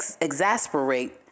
exasperate